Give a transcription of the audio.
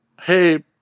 hey